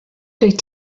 dwyt